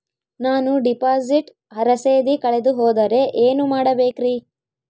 ನಾನು ಡಿಪಾಸಿಟ್ ರಸೇದಿ ಕಳೆದುಹೋದರೆ ಏನು ಮಾಡಬೇಕ್ರಿ?